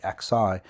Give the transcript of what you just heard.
xi